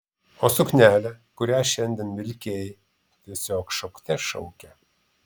o suknelė kurią šiandien vilkėjai tiesiog šaukte šaukė